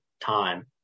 time